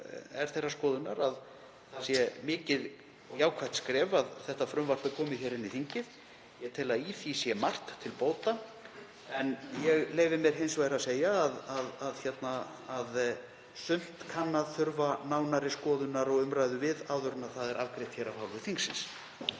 vegar þeirrar skoðunar að það sé mikið og jákvætt skref að þetta frumvarp sé komið hér inn í þingið. Ég tel að í því sé margt til bóta en ég leyfi mér að segja (Forseti hringir.) að sumt kann að þurfa nánari skoðunar og umræðu við áður en það er afgreitt af hálfu þingsins.